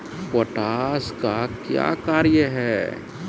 Potash का क्या कार्य हैं?